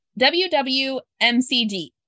WWMCD